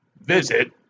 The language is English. Visit